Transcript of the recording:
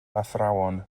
athrawon